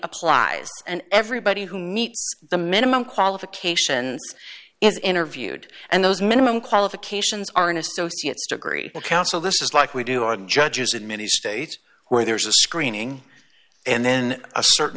applies and everybody who meets the minimum qualifications is interviewed and those minimum qualifications are an associates degree council this is like we do our judges in many states where there's a screening and then a certain